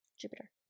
Jupiter